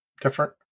different